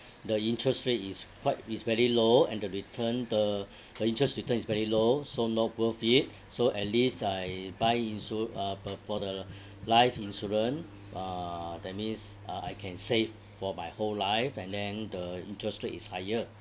the interest rate is quite it's very low and the return the the interest return is very low so not worth it so at least I buy insu~ uh per for the life insurance uh that means uh I can save for my whole life and then the interest rate is higher